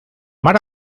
mar